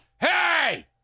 Hey